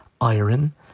iron